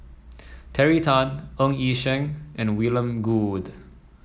Terry Tan Ng Yi Sheng and William Goode